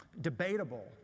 debatable